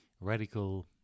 radical